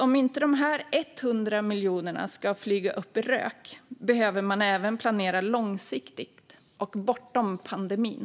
Om inte de här 100 miljonerna ska gå upp i rök behöver man även planera långsiktigt och bortom pandemin.